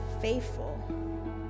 faithful